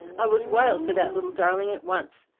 i was wild for that little darling at once.